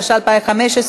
התשע"ה 2015,